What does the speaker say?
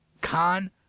Khan